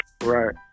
Right